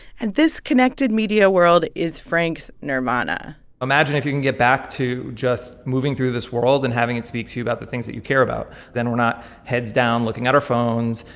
and this connected media world is frank's nirvana imagine if you can get back to just moving through this world and having it speak to you about the things that you care about. then we're not heads down, looking at our phones,